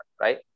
right